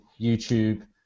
YouTube